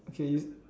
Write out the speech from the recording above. okay you